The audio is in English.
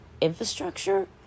infrastructure